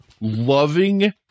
loving